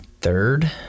third